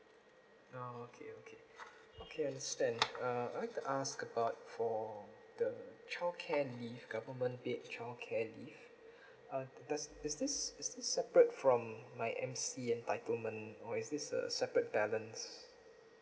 ah okay okay okay understand uh I'll like to ask about for the childcare leave government paid childcare leave uh does does this is the separate from my M_C entitlement or is this a separate balance